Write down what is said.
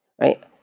right